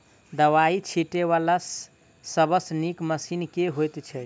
दवाई छीटै वला सबसँ नीक मशीन केँ होइ छै?